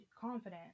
confident